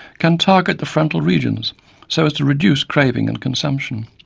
can target the frontal regions so as to reduce craving and consumption.